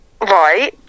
right